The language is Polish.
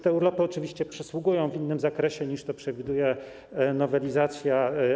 Te urlopy oczywiście przysługują aplikantom w innym zakresie, niż to przewiduje nowelizacja.